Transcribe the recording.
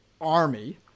army